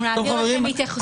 אנחנו נעביר לכם התייחסות בכתב.